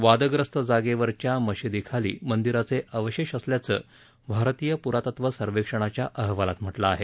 वादग्रस्त जागेवरच्या मशीदीखाली मंदिराचे अवशेष असल्याचं भारतीय प्रातत्व सर्वेक्षणाच्या अहवालात म्हटलं आहे